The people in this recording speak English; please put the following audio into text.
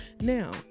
Now